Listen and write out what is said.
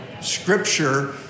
scripture